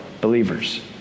believers